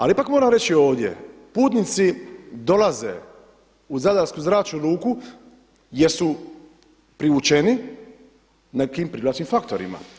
Ali ipak moram reći ovdje, putnici dolaze u Zadarsku zračnu luku jer su privučeni nekim privlačnim faktorima.